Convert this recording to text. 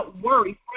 worry